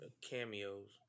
cameos